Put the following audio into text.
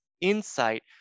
insight